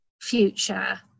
future